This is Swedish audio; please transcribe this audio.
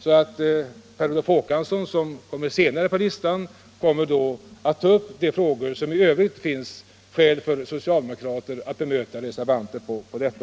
Herr Per Olof Håkansson, som står längre ner på talarlistan, kommer att ta upp de övriga frågor där det finns skäl för socialdemokraterna att bemöta reservanterna.